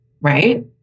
Right